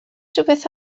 rhywbeth